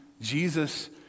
Jesus